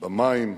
במים,